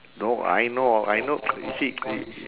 no I know I know you see y~